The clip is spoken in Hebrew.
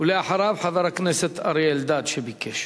ואחריו, חבר הכנסת אריה אלדד, שביקש.